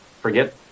forget